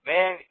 Man